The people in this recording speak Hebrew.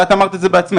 את אמרת את זה בעצמך,